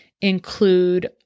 include